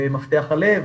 ב"מפתח הלב",